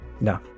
No